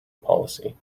policy